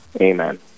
Amen